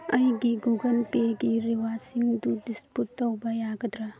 ꯑꯩꯒꯤ ꯒꯨꯒꯜ ꯄꯦꯒꯤ ꯔꯤꯋꯥꯔꯠꯁꯤꯡꯗꯨ ꯗꯤꯁꯄꯨꯠ ꯇꯧꯕ ꯌꯥꯒꯗ꯭ꯔꯥ